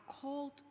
called